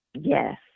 Yes